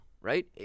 right